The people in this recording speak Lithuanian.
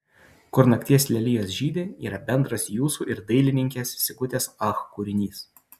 kur nakties lelijos žydi yra bendras jūsų ir dailininkės sigutės ach kūrinys